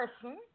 person